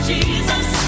Jesus